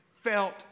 felt